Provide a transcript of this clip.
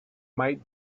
might